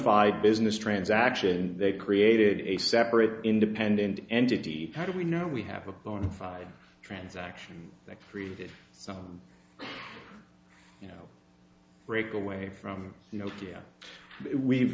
fide business transaction they created a separate independent entity how do we know we have a bona fide transaction that free you know breakaway from you know we've